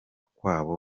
kwabo